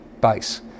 base